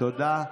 תודה רבה.